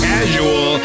Casual